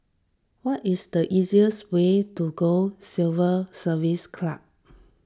what is the easiest way to go Civil Service Club